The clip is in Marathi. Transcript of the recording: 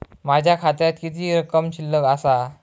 माझ्या खात्यात किती रक्कम शिल्लक आसा?